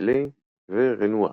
סיסלי ורנואר.